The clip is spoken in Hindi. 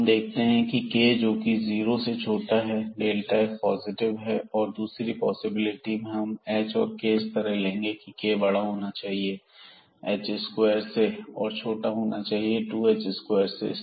यहां हम देखते हैं कि k जोकि जीरो से छोटा है के लिए f पॉजिटिव है और दूसरी पॉसिबिलिटी में हम h और k को इस तरह लेंगे कि k बड़ा होना चाहिए h2 से और छोटा होना चाहिए 2h2 से